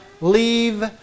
leave